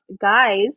guys